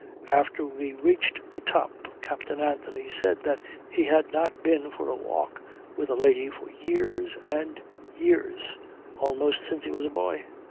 after we reached the top captain anthony said that he had not been for a walk with a lady for years and years almost since he was a boy.